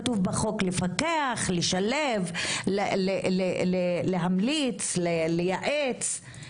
כתוב בחוק: לפקח, לשלב, להמליץ, לייעץ.